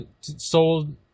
sold